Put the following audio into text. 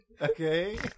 Okay